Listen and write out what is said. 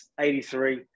83